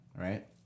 Right